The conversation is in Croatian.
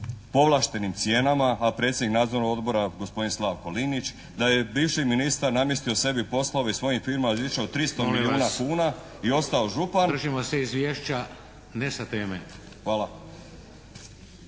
povlaštenim cijenama, a predsjednik nadzornog odbora gospodin Slavko Linić da je bivši ministar namjestio sebi poslove i svojim firmama više od 300 milijuna kuna i ostao župan … **Šeks, Vladimir (HDZ)**